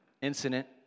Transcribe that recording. incident